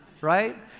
right